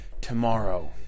tomorrow